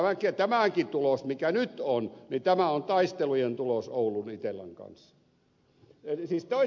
voi tämäkin tulos mikä nyt on on taistelujen tulos oulun itellan kanssa